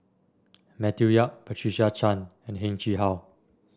Matthew Yap Patricia Chan and Heng Chee How